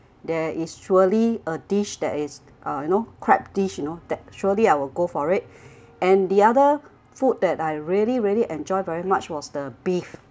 there is surely a dish that is uh you know crab dish you know that surely I will go for it and the other food that I really really enjoyed very much was the beef